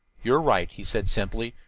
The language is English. you are right, he said simply.